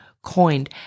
Coined